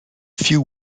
few